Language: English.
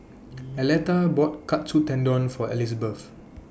Aleta bought Katsu Tendon For Elizbeth